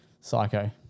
psycho